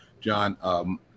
John